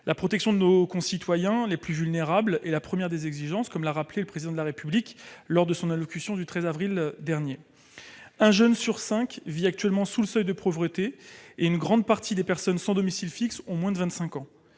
La protection de nos concitoyens les plus vulnérables est la première des exigences, comme l'a rappelé le Président de la République lors de son allocution du 13 avril dernier. Un jeune sur cinq vit actuellement sous le seuil de pauvreté et une grande partie des personnes sans domicile fixe ont moins de 25 ans.